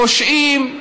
פושעים,